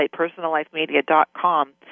personallifemedia.com